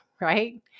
right